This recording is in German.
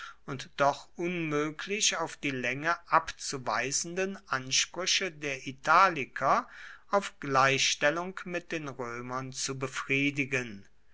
und doch unmöglich auf die länge abzuweisenden ansprüche der italiker auf gleichstellung mit den römern zu befriedigen